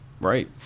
right